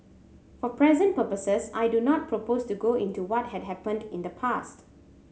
for present purposes I do not propose to go into what had happened in the past